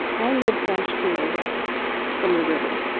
i lived one street away from the river,